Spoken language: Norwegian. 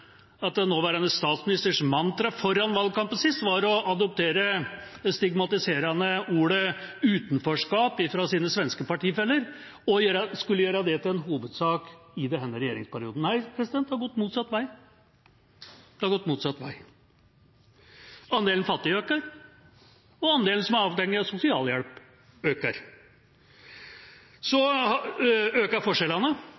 at den nåværende statsministerens mantra foran valgkampen sist var å adoptere det stigmatiserende ordet utenforskap fra sine svenske partifeller og skulle gjøre det til en hovedsak i denne regjeringsperioden. Det har gått motsatt vei. Andelen fattige øker, og andelen som er avhengig av sosialhjelp, øker.